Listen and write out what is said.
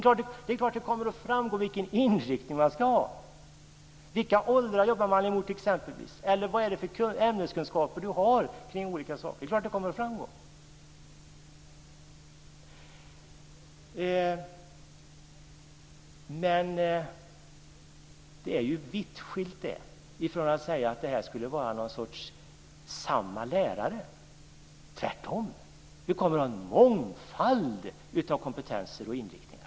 Det är klart att det kommer att framgå vilken inriktning man har, exempelvis vilka åldrar man jobbar med eller vilka ämneskunskaper man har. Det är klart att det kommer att framgå. Men detta är vitt skilt från att säga att det här skulle vara samma sorts lärare. Tvärtom, vi kommer att ha en mångfald av kompetenser och inriktningar.